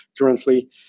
currently